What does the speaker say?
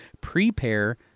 prepare